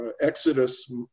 exodus